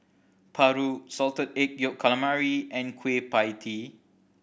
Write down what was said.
paru Salted Egg Yolk Calamari and Kueh Pie Tee